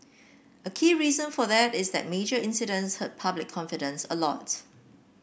a key reason for that is that major incidents hurt public confidence a lot